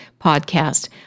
podcast